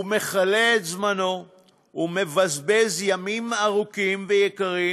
הוא מכלה את זמנו ומבזבז ימים ארוכים ויקרים